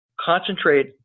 Concentrate